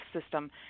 system